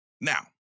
Now